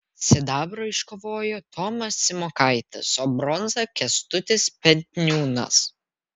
sidabrą iškovojo tomas simokaitis o bronzą kęstutis petniūnas